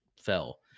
fell